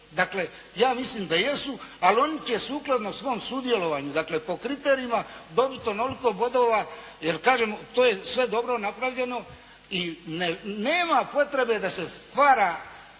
Dakle ja mislim da jesu, ali oni će sukladno svom sudjelovanju, dakle po kriterijima dobiti onoliko bodova, jer kažem to je sve dobro napravljeno i nema potrebe da se stvara